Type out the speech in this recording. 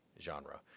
genre